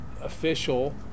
official